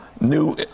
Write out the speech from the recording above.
New